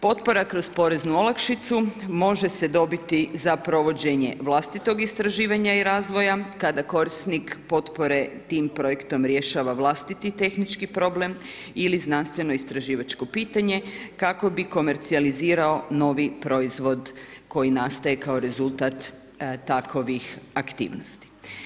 Potpora kroz poreznu olakšicu, može se dobiti za provođenje vlastitog istraživanja i razvoja, kada korisnik potpore tim projektom rješava vlastiti tehnički problem ili znanstveno istraživačko pitanje, kako bi komercijalizirao novi proizvod koji nastaje kao rezultat takovih aktivnosti.